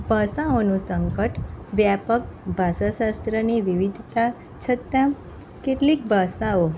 ભાષાઓનું સંકટ વ્યાપક ભાષા શાસ્ત્રની વિવિધતા છતાં કેટલીક ભાષાઓ